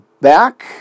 back